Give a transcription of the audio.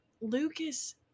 Lucas